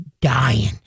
dying